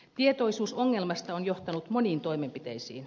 tietoisuus ongelmasta on johtanut moniin toimenpiteisiin